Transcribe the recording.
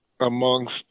amongst